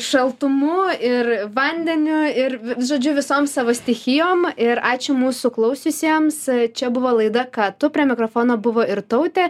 šaltumu ir vandeniu ir v žodžiu visoms savo stichijom ir ačiū mūsų klausiusiems čia buvo laida ką tu prie mikrofono buvo irtautė